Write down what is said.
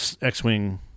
X-Wing